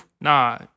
Nah